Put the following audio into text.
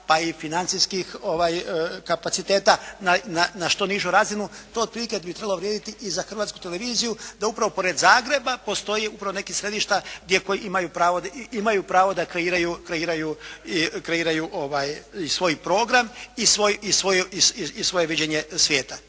pa i financijskih kapaciteta na što nižu razinu, to otprilike bi trebalo vrijediti i za Hrvatsku televiziju, da upravo pored Zagreba postoje upravo neka središta gdje imaju pravo da kreiraju i svoj program i svoje viđenje svijeta.